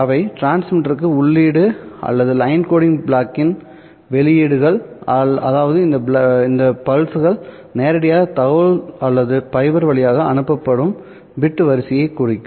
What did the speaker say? அவை டிரான்ஸ்மிட்டருக்கு உள்ளீடு அல்லது லைன் கோடிங் பிளாக்கின் வெளியீடுகள் அதாவது இந்த பிளஸ்கள் நேரடியாக தகவல் அல்லது ஃபைபர் வழியாக அனுப்பப்படும் பிட் வரிசையை குறிக்கும்